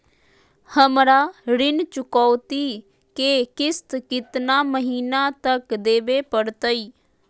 हमरा ऋण चुकौती के किस्त कितना महीना तक देवे पड़तई?